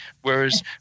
Whereas